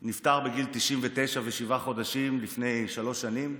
הוא נפטר בגיל 99 ושבעה חודשים לפני שלוש שנים.